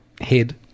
Head